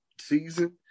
season